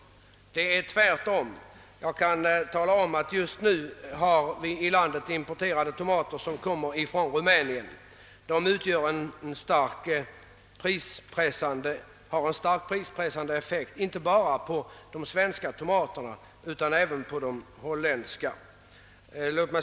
Förhållandet är tvärtom. Jag kan tala om att vi just nu i landet har importerade tomater som kommer från Rumänien. De har en stark prispressande effekt, inte bara på de svenska tomaterna utan även på de holländska.